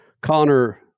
Connor